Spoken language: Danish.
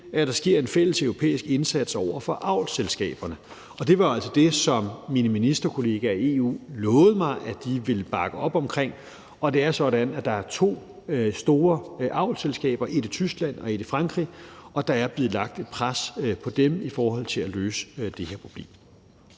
at der sker en fælleseuropæisk indsats over for avlsselskaberne. Det var altså det, som mine ministerkollegaer i EU lovede mig de ville bakke op om, og det er sådan, at der er to store avlsselskaber, et i Tyskland og et i Frankrig, og der er blevet lagt et pres på dem i forhold til at løse det her problem.